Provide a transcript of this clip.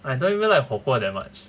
I don't even like 火锅 that much